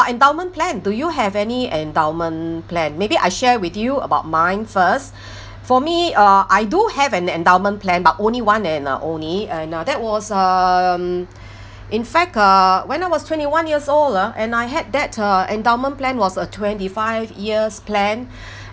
endowment plan do you have any endowment plan maybe I share with you about mine first for me uh I do have an endowment plan but only one and uh only and uh that was um in fact uh when I was twenty one years old lah and I had that uh endowment plan was a twenty five years plan